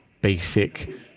basic